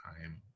time